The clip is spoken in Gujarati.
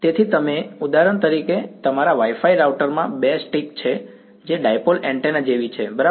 તેથી તમે ઉદાહરણ તરીકે તમારા Wi Fi રાઉટરમાં બે સ્ટિક છે જે ડાઈપોલ એન્ટેના જેવી છે બરાબર